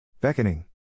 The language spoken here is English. beckoning